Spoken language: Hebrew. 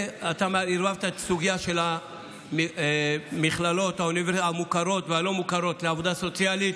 אתה ערבבת את הסוגיה של המכללות המוכרות והלא-מוכרות לעבודה סוציאלית.